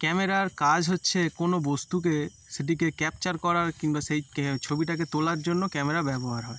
ক্যামেরার কাজ হচ্ছে কোনো বস্তুকে সেদিকে ক্যাপচার করার কিংবা সেই ছবিটাকে তোলার জন্য ক্যামেরা ব্যবহার হয়